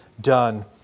done